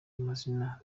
amazina